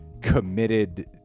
committed